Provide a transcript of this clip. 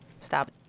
Stop